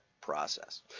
process